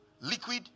liquid